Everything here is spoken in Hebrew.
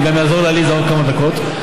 זה יעזור לעליזה, עוד כמה דקות.